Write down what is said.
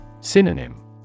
Synonym